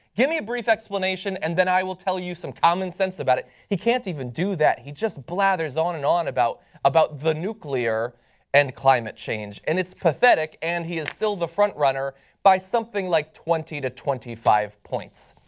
give me a brief explanation and then i will tell you some common sense about it. he can't even do that. he just blathers on and on about about the nuclear and climate change and it's pathetic and he is still the front runner by something like twenty to twenty five points